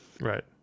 Right